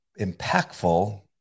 impactful